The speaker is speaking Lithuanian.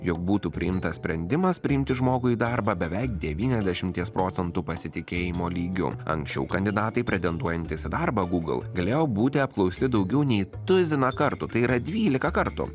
jog būtų priimtas sprendimas priimti žmogų į darbą beveik devyniasdešimties procentų pasitikėjimo lygiu anksčiau kandidatai pretenduojantys į darbą google galėjo būti apklausti daugiau nei tuziną kartų tai yra dvylika kartų